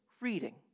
reading